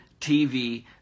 TV